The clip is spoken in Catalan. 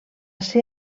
ser